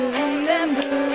remember